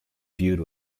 viewed